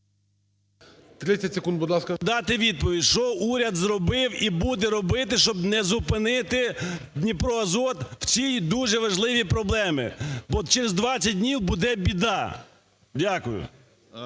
С.Я. Прошу вас дати відповідь, що уряд зробив і буде робити, щоб не зупинити "Дніпроазот" в цій дуже важливій проблемі. Бо через 20 днів буде біда. Дякую.